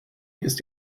ist